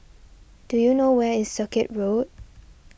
do you know where is Circuit Road